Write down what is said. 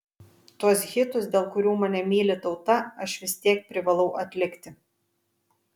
tuos hitus dėl kurių mane myli tauta aš vis tiek privalau atlikti